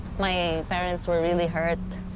my parents were really hurt.